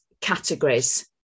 categories